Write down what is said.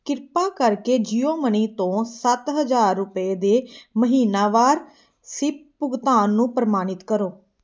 ਕਿਰਪਾ ਕਰਕੇ ਜੀਓਮਨੀ ਤੋਂ ਸੱਤ ਹਜ਼ਾਰ ਰੁਪਏ ਦੇ ਮਹੀਨਾਵਾਰ ਸਿਪ ਭੁਗਤਾਨ ਨੂੰ ਪ੍ਰਮਾਣਿਤ ਕਰੋ